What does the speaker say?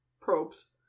probes